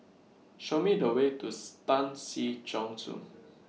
Show Me The Way to Tan Si Chong Su